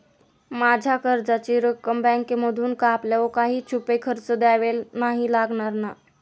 माझ्या कर्जाची रक्कम बँकेमधून कापल्यावर काही छुपे खर्च द्यावे नाही लागणार ना?